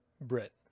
Brit